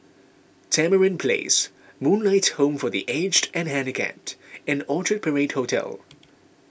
Tamarind Place Moonlight Home for the Aged and Handicapped and Orchard Parade Hotel